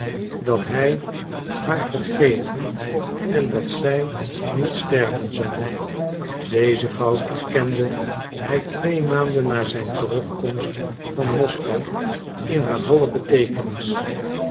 dat hij haar vergeven en dat zij niet sterven zou deze fout erkende hij twee maanden na zijn terugkomst van moskou in haar volle beteekenis